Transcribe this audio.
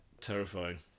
Terrifying